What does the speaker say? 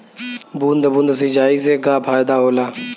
बूंद बूंद सिंचाई से का फायदा होला?